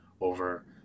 over